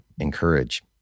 encourage